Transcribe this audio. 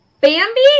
Bambi